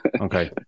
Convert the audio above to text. Okay